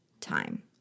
time